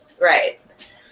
Right